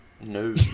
No